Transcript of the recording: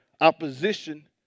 opposition